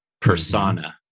persona